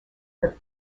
for